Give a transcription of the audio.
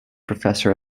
professor